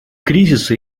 кризисы